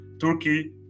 Turkey